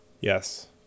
yes